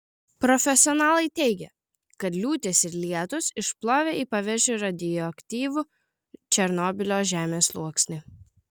profesionalai teigia kad liūtys ir lietūs išplovė į paviršių radioaktyvų černobylio žemės sluoksnį